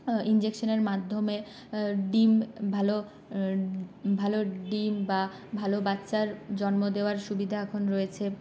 ইঞ্জেকশনের মাধ্যমে ডিম ভালো ভালো ডিম বা ভালো বাচ্চার জন্ম দেওয়ার সুবিধা এখন রয়েছে